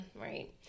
right